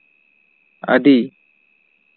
ᱟᱹᱰᱤ